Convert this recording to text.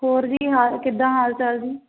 ਹੋਰ ਜੀ ਹਾਲ ਕਿੱਦਾਂ ਹਾਲ ਚਾਲ ਜੀ